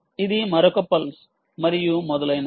ఇది మరొక పల్స్ మరియు మొదలైనవి